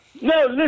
No